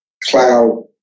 cloud